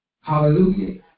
Hallelujah